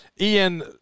Ian